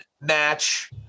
match